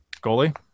goalie